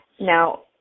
Now